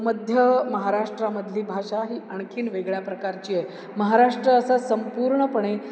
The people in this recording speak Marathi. मध्य महाराष्ट्रामधली भाषा ही आणखीन वेगळ्या प्रकारची आहे महाराष्ट्र असा संपूर्णपणे